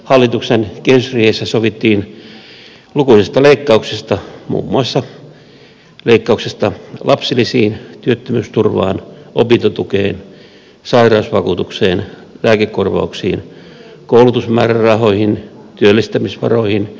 hallituksen kehysriihessä sovittiin lukuisista leikkauksista muun muassa leikkauksista lapsilisiin työt tömyysturvaan opintotukeen sairausvakuutukseen lääkekorvauksiin koulutusmäärärahoi hin työllistämisvaroihin ja kehitysyhteistyöhön